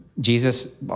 Jesus